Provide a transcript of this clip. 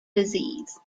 disease